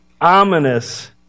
ominous